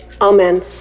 Amen